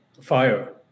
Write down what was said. fire